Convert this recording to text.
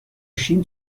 شیم